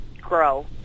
grow